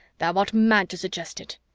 thou art mad to suggest it.